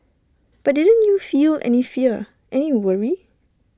but didn't you feel any fear any worry